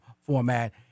format